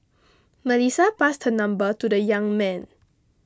Melissa passed her number to the young man